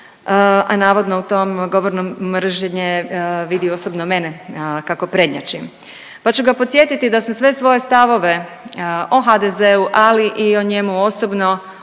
a navodno u tom govoru mržnje vidi osobno mene kako prednjačim, pa ću ga podsjetiti da sam sve svoje stavove o HDZ-u, ali i o njemu osobno